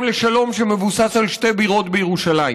לשלום שמבוסס על שתי בירות בירושלים,